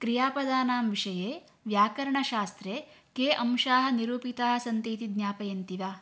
क्रियापदानां विषये व्याकरणशास्त्रे के अंशाः निरूपिताः सन्ति इति ज्ञापयन्ति वा